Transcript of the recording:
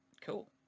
Cool